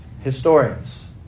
Historians